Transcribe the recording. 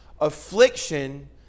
Affliction